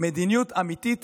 אמיתית